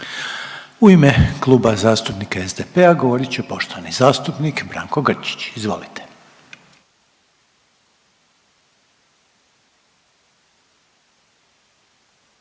u ime Kluba zastupnika HDZ-a govoriti poštovana zastupnica Grozdana Perić, izvolite.